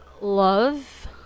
love